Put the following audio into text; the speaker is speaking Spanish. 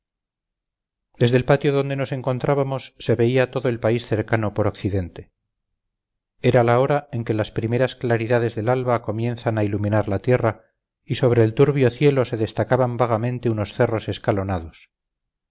desde el patio donde nos encontrábamos se veía todo el país cercano por occidente era la hora en que las primeras claridades del alba comienzan a iluminar la tierra y sobre el turbio cielo se destacaban vagamente unos cerros escalonados